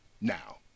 Now